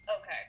okay